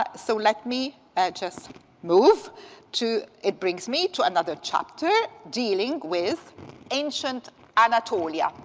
ah so let me just move to it brings me to another chapter dealing with ancient anatolia,